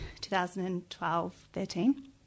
2012-13